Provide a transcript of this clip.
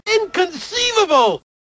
Inconceivable